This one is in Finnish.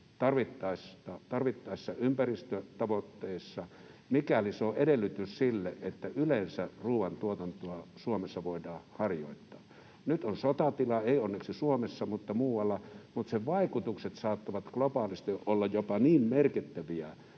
tarvittaessa ympäristötavoitteissa, mikäli se on edellytys sille, että yleensä ruoantuotantoa Suomessa voidaan harjoittaa. Nyt on sotatila, ei onneksi Suomessa mutta muualla, mutta sen vaikutukset saattavat globaalisti olla jopa niin merkittäviä,